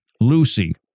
Lucy